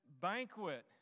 banquet